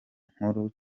nkuru